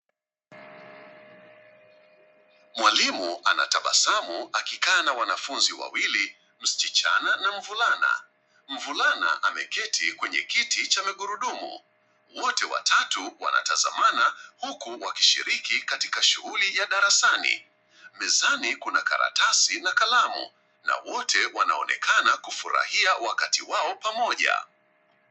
Mwalimu, anatabasamu akikaa wanafunzi wawili, msichana na mvulana. Mvulana, ameketi kwenye kiti cha migurudumu. Wote watatu, wanatazamana, huku wakishiriki katika shughuli ya darasani. Mezani, kuna karatasi na kalamu na wote wanaonekana kufurahia wakati wao pamoja.